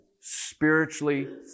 spiritually